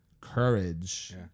courage